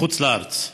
בחוץ לארץ.